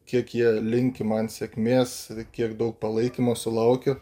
kiek jie linki man sėkmės kiek daug palaikymo sulaukiu